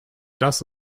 does